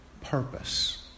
purpose